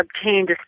obtained